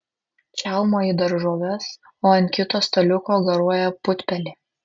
čiaumoji daržoves o ant kito staliuko garuoja putpelė